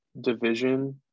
division